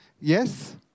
Yes